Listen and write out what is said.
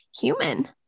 human